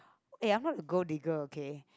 eh I'm not a gold digger okay